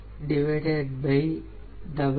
970